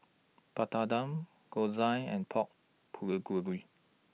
Papadum Gyoza and Pork Bulgogi